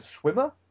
swimmer